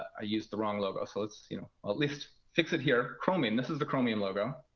i used the wrong logo. so let's you know at least fix it here. chromium, this is the chromium logo.